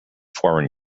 foreign